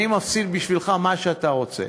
אני מפסיד לך מה שאתה רוצה.